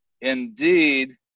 indeed